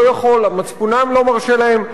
לא יכול מצפונם לא מרשה להם.